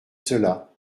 cela